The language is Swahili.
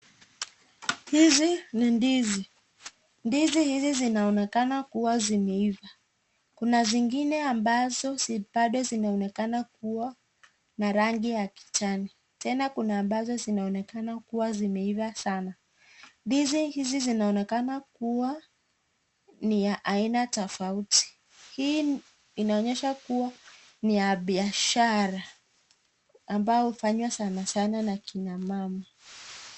Hizi ni ndizi. Ndizi hizi zinaonekana kuwa zimeiva. Kuna zingine ambazo bado zinaonekana kuwa na rangi ya kijani, tena kuna ambazo zinaonekana kuwa zimeiva sana. Ndizi hizi zinaonekana kuwa ni ya aina tofauti. Hii inaonyesha kuwa ni ya biashara, ambayo hufanywa sanasana na kina mama.